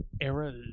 era